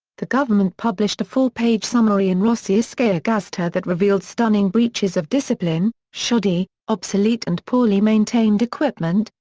the government published a four-page summary in rossiiskaia gazeta that revealed stunning breaches of discipline, shoddy, obsolete and poorly maintained equipment,